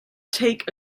take